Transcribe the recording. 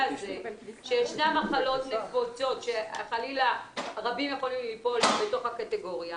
הזה שישנן מחלות נפוצות שחלילה רבים יכולים ליפול בתוך הקטגוריה,